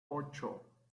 ocho